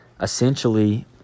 essentially